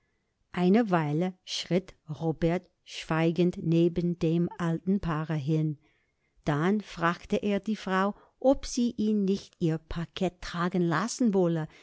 eine weile schritt robert schweigend neben dem alten paare hin dann fragte er die frau ob sie ihn nicht ihr paket tragen lassen wolle